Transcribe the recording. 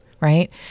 right